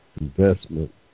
investment